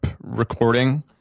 recording